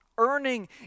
earning